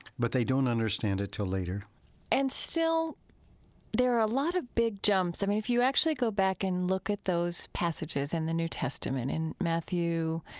but they don't understand it till later and still there are a lot of big jumps. i mean, if you actually go back and look at those passages in the new testament, in matthew,